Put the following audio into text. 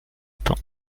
temps